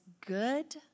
good